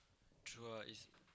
true ah it's